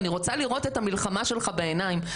אני רוצה לראות את המלחמה שלך בעיניים.